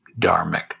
dharmic